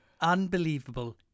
Unbelievable